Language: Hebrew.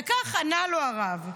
וכך ענה לו הרב: